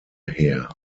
her